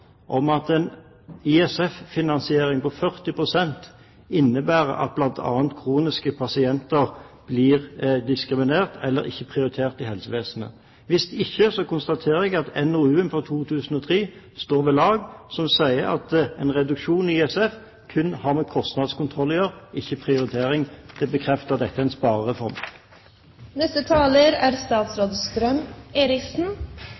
om at en ISF-finansiering på 40 pst. innebærer at bl.a. kroniske pasienter blir diskriminert eller ikke blir prioritert i helsevesenet? Hvis ikke konstaterer jeg at NOU-en for 2003, som sier at en reduksjon i ISF kun har med kostnadskontroll å gjøre – ikke prioritering – står ved lag. Det bekrefter at dette er en